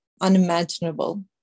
unimaginable